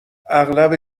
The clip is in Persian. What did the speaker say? اغلب